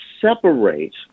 separate